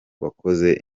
wakoze